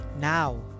Now